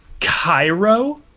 Cairo